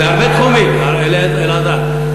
בהרבה תחומים, אלעזר.